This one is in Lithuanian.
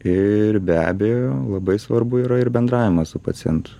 ir be abejo labai svarbu yra ir bendravimas su pacientu